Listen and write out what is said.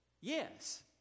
Yes